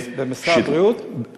במשרד הבריאות?